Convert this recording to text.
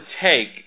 take